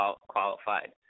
qualified